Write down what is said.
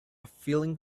filing